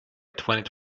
twenty